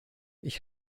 ich